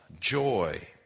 joy